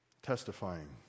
Testifying